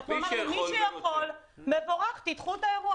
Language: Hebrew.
אמרנו: מי שיכול מבורך, תדחו את האירוע.